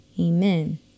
Amen